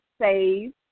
save